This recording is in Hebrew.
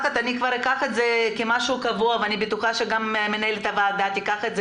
אקח את זה כבר כמשהו קבוע ואני בטוחה שגם מנהלת הוועדה תיקח את זה